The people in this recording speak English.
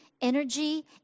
energy